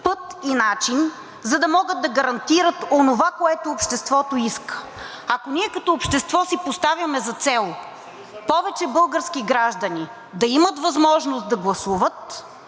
път и начин, за да могат да гарантират онова, което обществото иска. Ако ние като общество си поставяме за цел повече български граждани да имат възможност да гласуват,